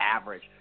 average